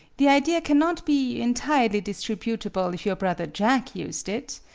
the idea cannot be entirely disrepu table if your brother jack used it.